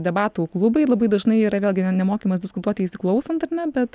debatų klubai labai dažnai yra vėlgi ne ne mokymas diskutuoti įsiklausant ar ne bet